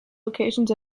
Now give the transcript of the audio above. locations